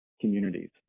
communities